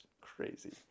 crazy